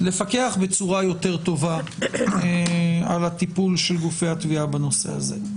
לפקח בצורה יותר טובה על הטיפול של גופי התביעה בנושא הזה.